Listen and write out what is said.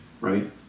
Right